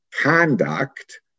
conduct